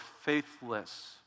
faithless